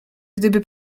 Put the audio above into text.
gdyby